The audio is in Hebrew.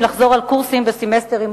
לחזור על קורסים בסמסטרים עוקבים.